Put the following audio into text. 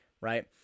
right